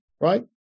right